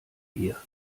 hier